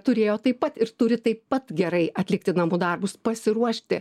turėjo taip pat ir turi taip pat gerai atlikti namų darbus pasiruošti